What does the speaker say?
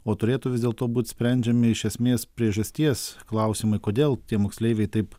o turėtų vis dėlto būt sprendžiami iš esmės priežasties klausimai kodėl tie moksleiviai taip